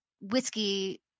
whiskey